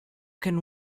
can